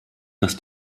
dass